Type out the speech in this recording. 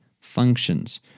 functions